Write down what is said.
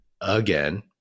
again